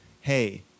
Hey